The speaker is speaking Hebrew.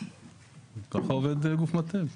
ככה עובד גוף מטה.